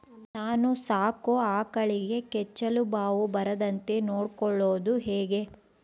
ನಾನು ಸಾಕೋ ಆಕಳಿಗೆ ಕೆಚ್ಚಲುಬಾವು ಬರದಂತೆ ನೊಡ್ಕೊಳೋದು ಹೇಗೆ?